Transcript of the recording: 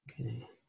Okay